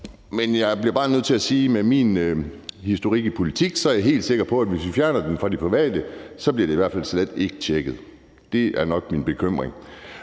af. Jeg bliver bare nødt til at sige, at med min historik i politik er jeg helt sikker på, at hvis vi fjerner det fra de private, bliver det i hvert fald slet ikke tjekket. Det er nok min bekymring.